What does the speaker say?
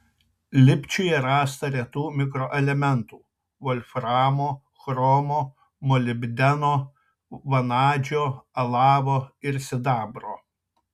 lipčiuje rasta retų mikroelementų volframo chromo molibdeno vanadžio alavo ir sidabro